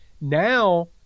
now